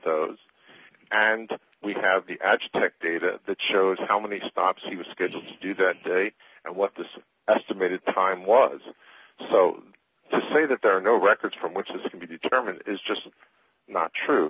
those and we have the ads tech data that shows how many stops he was scheduled to do that day and what the estimated time was so to say that there are no records from which this can be determined is just not true